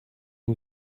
you